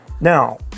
Now